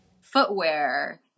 Footwear